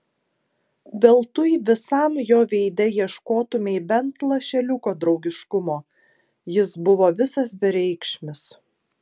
veltui visam jo veide ieškotumei bent lašeliuko draugiškumo jis buvo visas bereikšmis